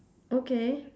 okay